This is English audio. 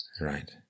Right